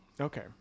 Okay